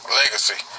legacy